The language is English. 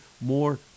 more